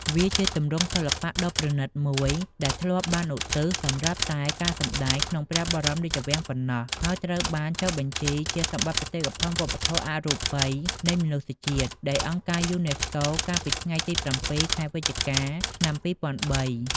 វាជាទម្រង់សិល្បៈដ៏ប្រណីតមួយដែលធ្លាប់បានឧទ្ទិសសម្រាប់តែការសម្ដែងក្នុងព្រះបរមរាជវាំងប៉ុណ្ណោះ ហើយត្រូវបានចុះបញ្ជីជា សម្បត្តិបេតិកភណ្ឌវប្បធម៌អរូបីនៃមនុស្សជាតិ ដោយអង្គការយូណេស្កូ កាលពីថ្ងៃទី ៧ ខែវិច្ឆិកា ឆ្នាំ២០០៣។